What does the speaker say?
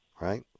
right